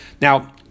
Now